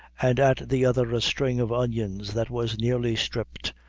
and at the other a string of onions that was nearly stripped,